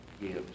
gives